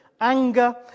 anger